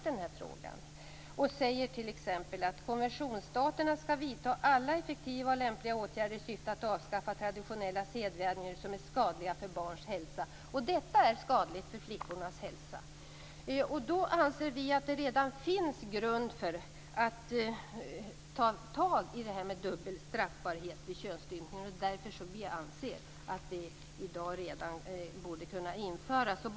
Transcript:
Där framgår att konventionsstaterna skall vidta alla effektiva och lämpliga åtgärder i syfte att avskaffa traditionella sedvänjor som är skadliga för barns hälsa. Detta är skadligt för flickornas hälsa! Vi anser att det redan finns grund att agera i frågan om dubbel straffbarhet vid könsstympning. Vi anser att det borde kunna införas i dag.